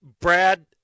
Brad